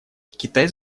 китай